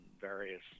various